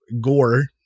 Gore